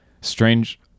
Strange